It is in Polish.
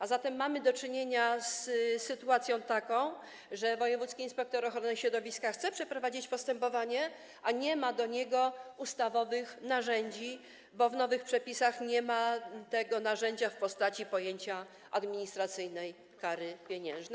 A zatem mamy do czynienia z taką sytuacją, że wojewódzki inspektor ochrony środowiska chce przeprowadzić postępowanie, ale nie ma do niego ustawowych narzędzi, bo w nowych przepisach nie ma tego narzędzia w postaci pojęcia „administracyjnej kary pieniężnej”